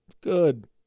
Good